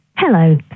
Hello